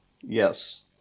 Yes